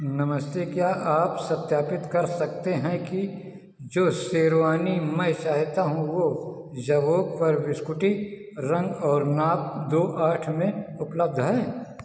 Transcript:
नमस्ते क्या आप सत्यापित कर सकते हैं कि जो शेरवानी मैं चाहता हूँ वह जबोंग पर बिस्कुटी रंग और नाप दो आठ में उपलब्ध है